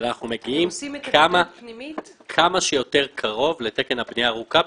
אנחנו מגיעים כמה שיותר קרוב לתקן הבנייה הירוקה.